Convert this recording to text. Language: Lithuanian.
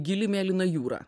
gili mėlyna jūra